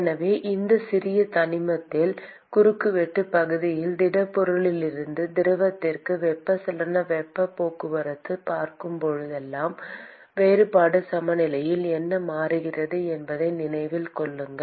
எனவே இந்தச் சிறிய தனிமத்தில் குறுக்குவெட்டுப் பகுதியில் திடப்பொருளிலிருந்து திரவத்திற்கு வெப்பச்சலன வெப்பப் போக்குவரத்தைப் பார்க்கும் போதெல்லாம் வேறுபாடு சமநிலையில் என்ன மாறுகிறது என்பதை நினைவில் கொள்ளுங்கள்